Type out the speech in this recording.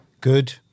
good